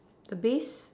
the base